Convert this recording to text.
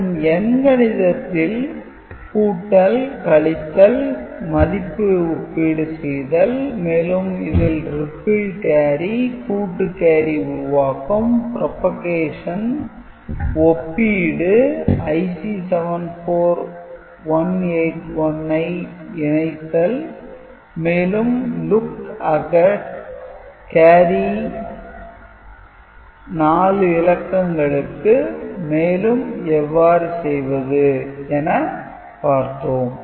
மேலும் எண் கணிதத்தில் கூட்டல் கழித்தல் மதிப்பு ஒப்பீடு செய்தல் மேலும் இதில் ரிப்பிள் கேரி கூட்டு கேரி உருவாக்கம் propagation ஒப்பீடு IC 74181 ஐ இணைத்தல் மேலும் "look ahead" கேரி 4 இலக்கங்களுக்கு மேலும் எவ்வாறு செய்வது எனப் பார்த்தோம்